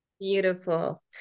Beautiful